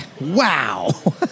Wow